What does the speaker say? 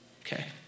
Okay